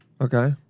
Okay